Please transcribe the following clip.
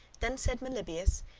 then said meliboeus,